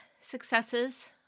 successes